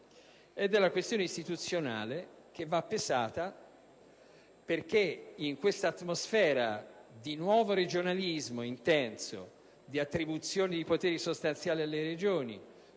ed è la questione istituzionale, che va pesata, perché in quest'atmosfera di nuovo regionalismo intenso, di attribuzione di poteri sostanziali alle Regioni